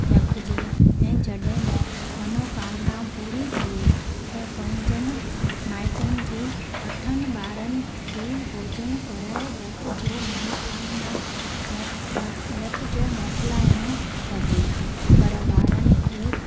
रखजे ऐं जॾहिं मो मनोकामना पूरी थिए त पंहिंजनि माइटनि जे अठनि ॿारनि खे भोजन कराए विर्त जो मनोकामना मो विर्त जो मोकिलाइण कजे पर ॿारनि खे